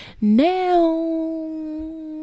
Now